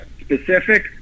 specific